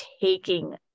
taking